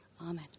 Amen